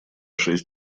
шесть